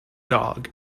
dog